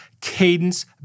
cadence